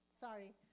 sorry